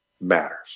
matters